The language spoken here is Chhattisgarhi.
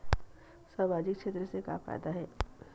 सामजिक क्षेत्र से का फ़ायदा हे?